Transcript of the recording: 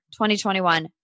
2021